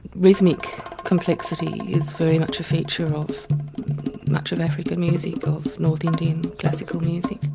rhythmic complexity is very much a feature of much of african music, of north indian classical music.